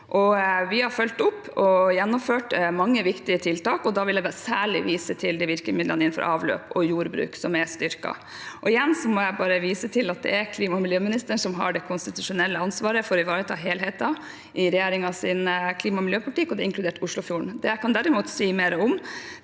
Vi har fulgt opp og gjennomført mange viktige tiltak. Da vil jeg særlig vise til virkemidlene innenfor avløp og jordbruk, som er styrket. Igjen må jeg bare vise til at det er klima- og miljøministeren som har det konstitusjonelle ansvaret for å ivareta helheten i regjeringens klima- og miljøpolitikk, og det er inkludert Oslofjorden. Det jeg derimot kan si mer om,